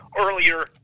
earlier –